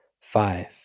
five